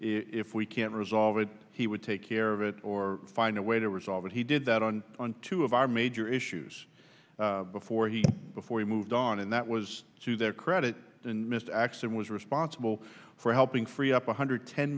if we can resolve it he would take care of it or find a way to resolve it he did that on on two of our major issues before he before he moved on and that was to their credit and mr x and was responsible for helping free up one hundred